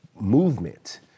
movement